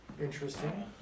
Interesting